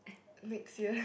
next year